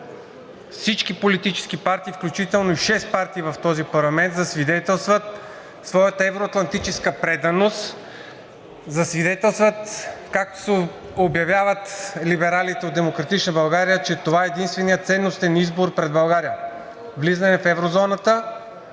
всички политически партии, включително и шест партии в този парламент, засвидетелстват своята евро-атлантическа преданост, както се обявяват либералите от „Демократична България“, че това е единственият ценностен избор пред България – влизане в еврозоната